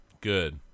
Good